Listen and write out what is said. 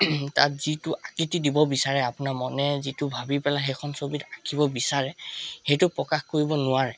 তাত যিটো আকৃতি দিব বিচাৰে আপোনাৰ মনে যিটো ভাবি পেলাই সেইখন ছবিত আঁকিব বিচাৰে সেইটো প্ৰকাশ কৰিব নোৱাৰে